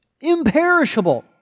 Imperishable